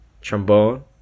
trombone